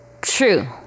True